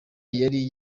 yari